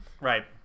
Right